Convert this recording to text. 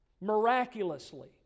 miraculously